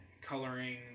coloring